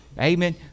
Amen